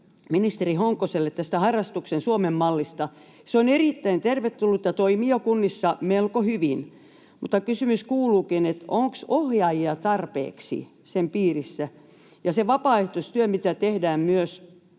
ministeri Honkoselle tästä harrastamisen Suomen mallista. Se on erittäin tervetullut ja toimii jo kunnissa melko hyvin, mutta kysymys kuuluukin: Onko ohjaajia tarpeeksi sen piirissä? Ja se vapaaehtoistyö, mitä tehdään myös